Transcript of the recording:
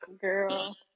girl